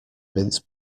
mince